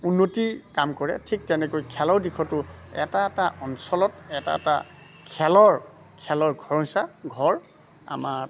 উন্নতিৰ কাম কৰে ঠিক তেনেকৈ খেলৰ দিশটো এটা এটা অঞ্চলত এটা এটা খেলৰ খেলৰ আমাৰ